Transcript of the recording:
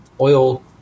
oil